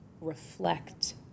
reflect